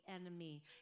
enemy